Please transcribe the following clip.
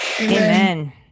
Amen